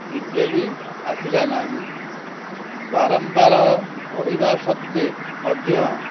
reply ଭି ଆସିଲା ନାହିଁ ବାରମ୍ବାର କହିବା ସତ୍ୱେ ମଧ୍ୟ